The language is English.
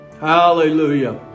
hallelujah